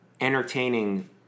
entertaining